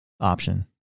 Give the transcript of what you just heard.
option